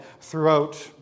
throughout